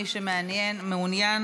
מי שמעוניין,